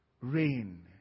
rain